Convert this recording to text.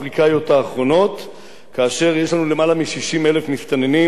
כאשר יש לנו למעלה מ-60,000 מסתננים ועוד היד נטויה?